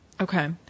Okay